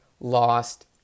lost